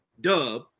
dub